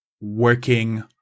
working